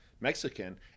Mexican